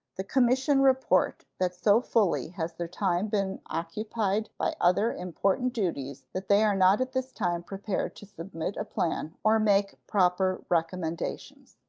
the commission report that so fully has their time been occupied by other important duties that they are not at this time prepared to submit a plan or make proper recommendations.